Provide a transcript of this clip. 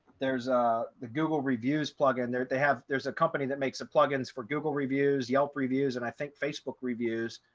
there's a google reviews plugin there they have, there's a company that makes a plugins for google reviews, yelp reviews, and i think facebook reviews,